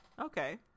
okay